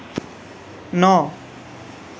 ন